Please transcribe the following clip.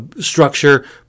structure